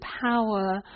power